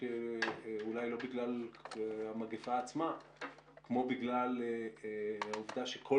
אולי לא בגלל המגפה עצמה כמו בגלל העובדה שכל